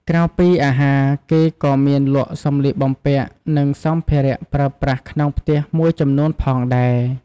ក្រៅពីអាហារ គេក៏មានលក់សំលៀកបំពាក់ និងសម្ភារៈប្រើប្រាស់ក្នុងផ្ទះមួយចំនួនផងដែរ។